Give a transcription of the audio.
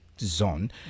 zone